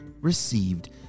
received